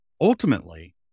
Ultimately